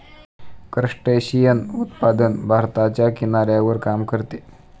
crustacean उत्पादन भारताच्या किनाऱ्यावर काम करते